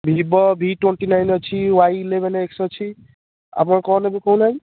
Vivo V twenty nine ଅଛି Y eleven X ଅଛି ଆପଣ କ'ଣ ନେବେ କହୁନାହାଁନ୍ତି